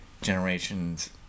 generation's